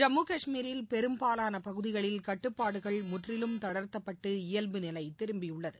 ஜம்மு கஷ்மீரில் பெரும்பாலான பகுதிகளில் கட்டுப்பாடுகள் முற்றிலும் தளர்த்தப்பட்டு இயல்புநிலை திரும்பியுள்ளது